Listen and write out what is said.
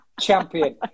champion